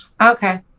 Okay